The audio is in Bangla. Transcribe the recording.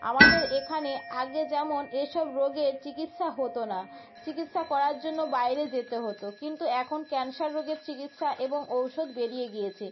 আমাদের এখানে আগে যেমন এ সব রোগের চিকিৎসা হতো না চিকিৎসা করার জন্য বাইরে যেতে হতো কিন্তু এখন ক্যানসার রোগের চিকিৎসা এবং ঔষধ বেরিয়ে গিয়েছে